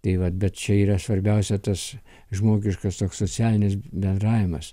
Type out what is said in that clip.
tai vat bet čia yra svarbiausia tas žmogiškas toks socialinis bendravimas